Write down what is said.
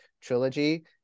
trilogy